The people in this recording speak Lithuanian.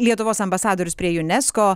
lietuvos ambasadorius prie unesco